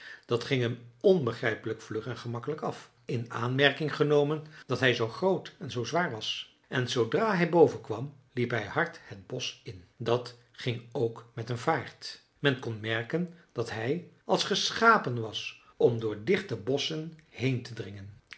dat ging hem onbegrijpelijk vlug en gemakkelijk af in aanmerking genomen dat hij zoo groot en zoo zwaar was en zoodra hij boven kwam liep hij hard het bosch in dat ging ook met een vaart men kon merken dat hij als geschapen was om door dichte bosschen heen te dringen